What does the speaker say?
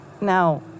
Now